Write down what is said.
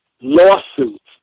lawsuits